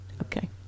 Okay